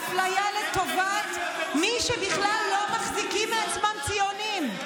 אפליה לטובת מי שבכלל לא מחזיקים מעצמם ציונים,